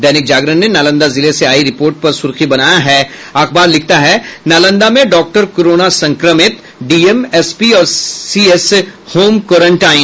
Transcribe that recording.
दैनिक जागरण ने नालंदा जिले से आयी रिपोर्ट पर सुर्खी बनाया है अखबार लिखता है नालंदा में डॉक्टर कोरोना संक्रमित डीएम एसपी और सीएस होम क्वारेंटाइन